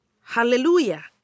Hallelujah